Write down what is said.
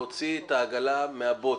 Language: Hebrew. להוציא את העגלה מן הבוץ.